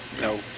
No